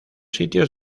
sitios